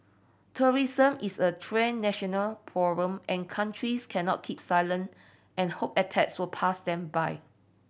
terrorism is a transnational problem and countries cannot keep silent and hope attacks will pass them by